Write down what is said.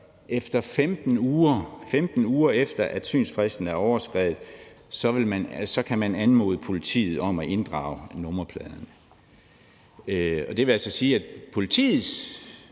uger, 15 uger efter at synsfristen er overskredet, kan man anmode politiet om at inddrage nummerpladen. Det vil altså sige, at politiets